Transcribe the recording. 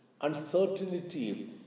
Uncertainty